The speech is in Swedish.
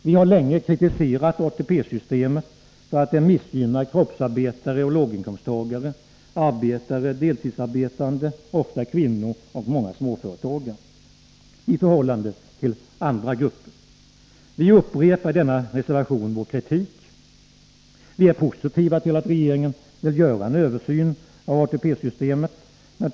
Vi har länge kritiserat ATP-systemet för att det missgynnar kroppsarbetare och låginkomsttagare — arbetare, deltidsarbetande, ofta kvinnor, och många småföretagare —i förhållande till andra grupper. Vi upprepar i denna reservation vår kritik. Vi är positiva till att regeringen vill göra en översyn av ATP-systemet.